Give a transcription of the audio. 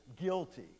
guilty